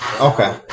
Okay